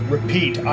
Repeat